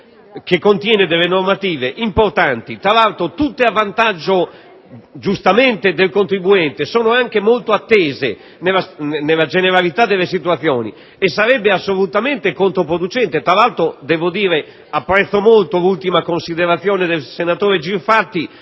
che contiene delle normative importanti, tutte a vantaggio, giustamente, del contribuente e molto attese nella generalità delle situazioni, che sarebbe assolutamente controproducente ritardare. Apprezzo molto l'ultima considerazione del senatore Girfatti,